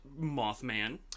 Mothman